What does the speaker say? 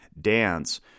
dance